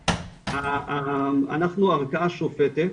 אנחנו ערכאה שופטת,